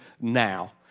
now